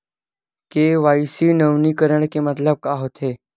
KYC नवीनीकरण के मतलब का होथे?